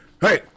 hey